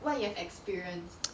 what you have experienced